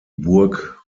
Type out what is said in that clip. burg